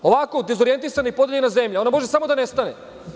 Ovako dezorjentisani, podeljena zemlja, ona može samo da nestane.